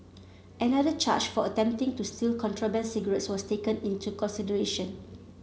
another charge for attempting to steal contraband cigarettes was taken into consideration